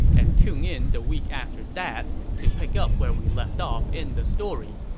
and tune in the week after that to pick up where we left off in the story.